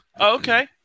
Okay